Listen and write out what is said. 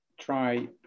Try